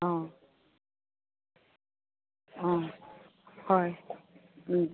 অঁ অঁ হয়